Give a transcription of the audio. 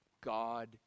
God